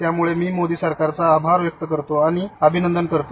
त्यामुळे मी मोदी सरकारचे आभार व्यक्त करू इच्छितो आणि अभिनंदन करतो